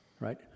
right